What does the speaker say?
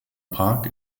park